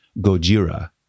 Gojira